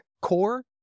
core